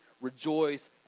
rejoice